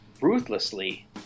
ruthlessly